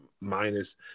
Minus